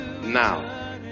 now